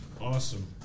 Awesome